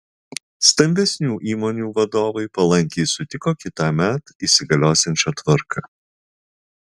stambesnių įmonių vadovai palankiai sutiko kitąmet įsigaliosiančią tvarką